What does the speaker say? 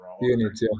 Units